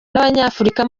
n’abanyafurika